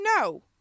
No